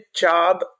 job